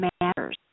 Matters